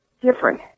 different